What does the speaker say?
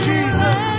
Jesus